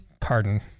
pardon